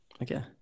Okay